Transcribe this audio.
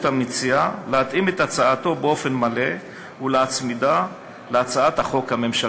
המציע להתאים את הצעתו באופן מלא ולהצמידה להצעת החוק הממשלתית.